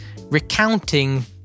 recounting